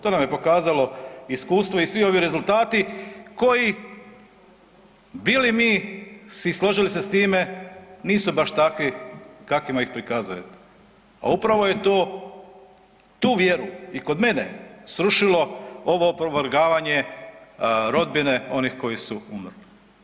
To nam je pokazalo iskustvo i svi ovi rezultati koji bili mi se složili s time, nisu baš takvi kakvima ih prikazujete, a upravo je to tu vjeru i kod mene srušilo ovo povrgavanje rodbine onih koji su umrli.